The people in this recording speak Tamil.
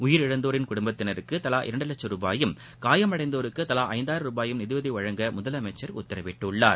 உயிரிழந்தோரின் குடும்பத்தினருக்கு தலா இரண்டு வட்சம் ரூபாயும் காயமடைந்தோருக்கு தலா ஐந்தாயிரம் ரூபாயும் நிதியுதவி வழங்க முதலமைச்சர் உத்தரவிட்டுள்ளார்